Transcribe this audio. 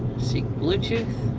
seek bluetooth.